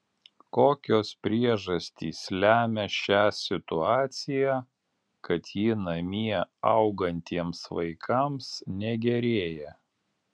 kokios priežastys lemia šią situaciją kad ji namie augantiems vaikams negerėja